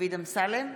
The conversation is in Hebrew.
דוד אמסלם,